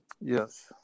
Yes